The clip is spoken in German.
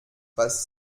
was